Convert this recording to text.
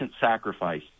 sacrifice